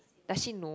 does she know